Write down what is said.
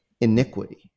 iniquity